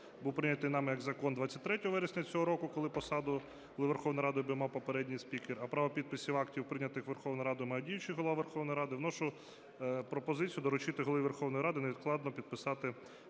був прийнятий нами як закон 23 вересня цього року, коли посаду Голови Верховної Ради обіймав попередній спікер, а право підписів актів, прийнятих Верховною Радою, має діючий Голова Верховної Ради, вношу пропозицію доручити Голові Верховної Ради невідкладно підписати